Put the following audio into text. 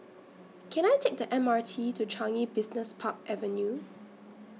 Can I Take The M R T to Changi Business Park Avenue